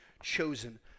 chosen